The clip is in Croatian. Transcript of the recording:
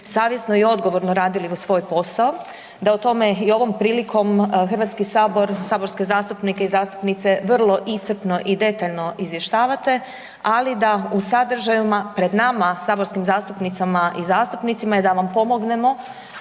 savjesno i odgovorno radili svoj posao, da o tome i ovom prilikom HS, saborske zastupnike i zastupnice vrlo iscrpno i detaljno izvještavate, ali da u sadržajima pred nama saborskim zastupnicama i zastupnicima je da vam pomognemo